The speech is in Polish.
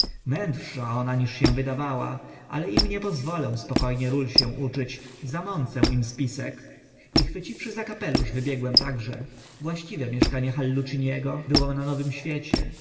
mędrsza ona niż się wydawała ale im nie pozwolę spoko nie ról się uczyć zamącę im spisek i chwyciwszy za kapelusz wybiegłem także właściwe mieszkanie halluciniego było na nowym swiecie